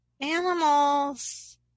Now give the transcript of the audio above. animals